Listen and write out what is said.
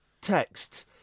text